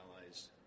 allies